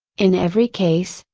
in every case,